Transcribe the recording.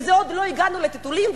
ועוד לא הגענו לטיטולים,